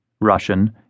Russian